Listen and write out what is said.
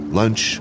lunch